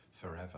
forever